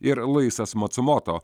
ir luisas mocimoto